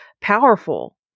powerful